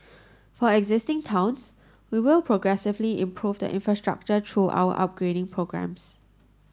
for existing towns we will progressively improve the infrastructure through our upgrading programmes